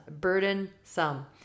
burdensome